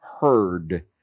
heard